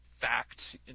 facts